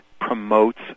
promotes